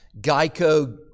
Geico